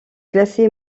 classée